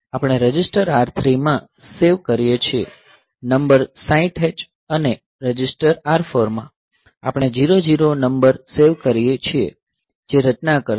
આપણે register R3 માં save કરીએ છીએ નંબર 60H અને રજિસ્ટર R4 માં આપણે 00H નંબર સેવ કરીએ છીએ જે રચના કરશે